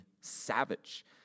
savage